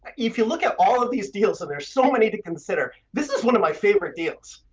if you look at all of these deals, and there's so many to consider, this is one of my favorite deals.